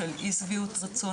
בשל אי שביעות רצון,